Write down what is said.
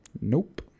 Nope